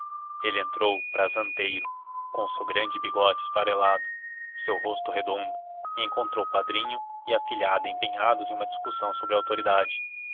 ele entrou prazenteiro com o seu grande bigode esfarelado o seu rosto redondo e encontrou padrinho e afilhada empenhados em uma discussão sobre autoridade